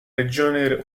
regione